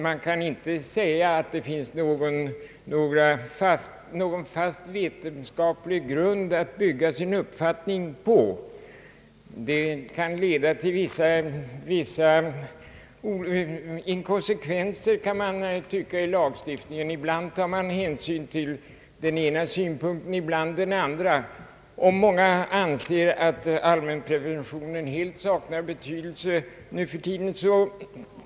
Man kan inte säga att det finns någon fast vetenskaplig grund att bygga sin uppfattning på. Det kan leda till vissa inkonsekvenser i lagstiftningen. Ibland tar man hänsyn till den ena synpunkten, ibland till den andra, och många anser att allmänpreventionen helt saknar betydelse nu för tiden.